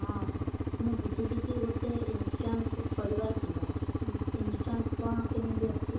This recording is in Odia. ହଁ ମୁଁ ବୁଝିଲି ଯେ ଗୋଟିଏ ଇନ୍ସୁରାନ୍ସ କରିବାର ଥିଲା ଇନ୍ସୁରାନ୍ସ କଣ କେମିତି ଅଛି